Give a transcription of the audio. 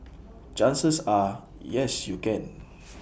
chances are yes you can